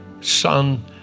son